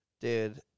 Dude